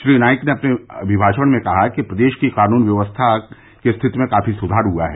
श्री नाईक ने अपने अभिमाषण में कहा कि प्रदेश की कानून व्यवस्था में काफी सुधार हुआ है